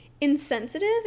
insensitive